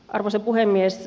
arvoisa puhemies